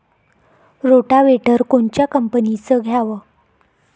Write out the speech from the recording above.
Rotavator कोनच्या कंपनीचं घ्यावं?